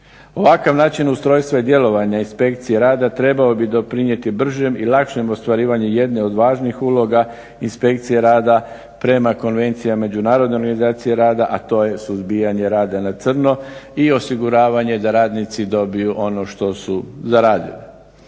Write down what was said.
Ovakav način ustrojstva i djelovanja inspekcije rada trebao bi doprinijeti bržem i lakšem ostvarivanju jedne od važnih uloga inspekcije rada prema Konvenciji međunarodne organizacije rada, a to je suzbijanje rada na crno i osiguravanje da radnici dobiju ono što su zaradili.